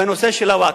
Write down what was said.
בנושא של הווקף.